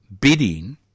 bidding